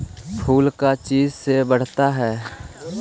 फूल का चीज से बढ़ता है?